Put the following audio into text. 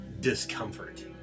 discomfort